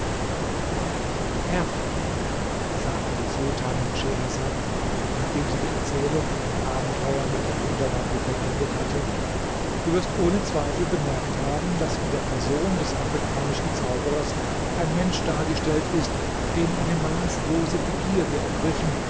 herr sagte die sultanin schehersad nachdem sie die erzählung von den abenteuern mit der wunderlampe vollendet hatte du wirst ohne zweifel bemerkt haben daß in der person des afrikanischen zauberers ein mensch dargestellt ist den eine maßlose begierde ergriffen